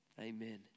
Amen